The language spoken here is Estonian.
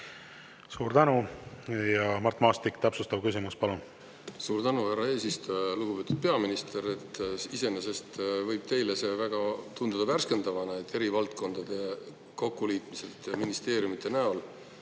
Suur tänu! Mart Maastik, täpsustav küsimus, palun! Suur tänu, härra eesistuja! Lugupeetud peaminister! Iseenesest võib teile see tunduda värskendavana, et eri valdkonnad kokku liita ministeeriumide näol,